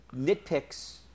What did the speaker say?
nitpicks